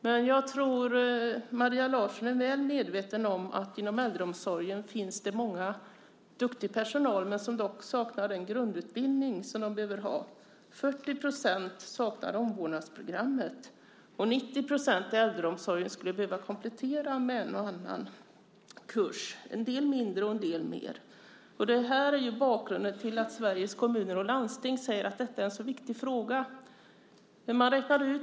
Men jag tror att Maria Larsson är väl medveten om att det inom äldreomsorgen finns mycket duktig personal som dock saknar den grundutbildning de behöver. 40 % saknar omvårdnadsprogrammet och 90 % av personalen i äldreomsorgen skulle i större eller mindre utsträckning behöva komplettera med en och annan kurs. Det är bakgrunden till att Sveriges Kommuner och Landsting säger att detta är en så viktig fråga.